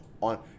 on